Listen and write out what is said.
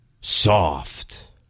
Soft